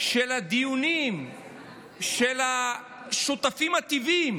של דיונים של השותפים הטבעיים